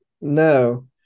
No